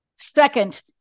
second